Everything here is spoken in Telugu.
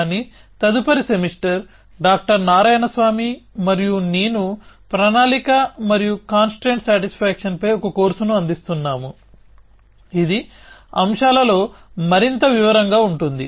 కానీ తదుపరి సెమిస్టర్ డాక్టర్ నారాయణ్ స్వామి మరియు నేను ప్రణాళిక మరియు కాన్స్ట్రైంట్ సాటిస్ఫాక్షన్ పై ఒక కోర్సును అందిస్తున్నాము ఇది అంశాలలో మరింత వివరంగా ఉంటుంది